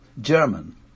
German